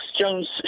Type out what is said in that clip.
Jones